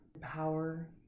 power